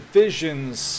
visions